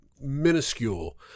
minuscule